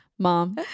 mom